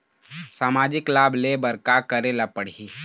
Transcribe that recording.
सामाजिक लाभ ले बर का करे ला पड़ही?